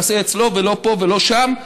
תעשה אצלו ולא פה ולא שם,